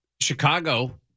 Chicago